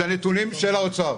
אלה נתונים של האוצר.